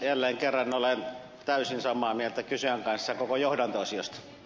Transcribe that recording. jälleen kerran olen täysin samaa mieltä kysyjän kanssa koko johdanto osiosta